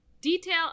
detail